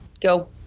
go